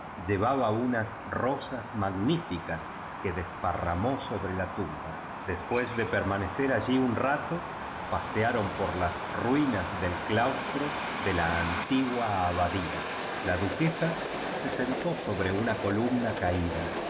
llevaba unas rusas magnificas ya desparramó sobre la tumba después de amanecer allí un rato pasearon por las inas del claustro de la antigua abadía l duquesa se sentó sobre una columna ida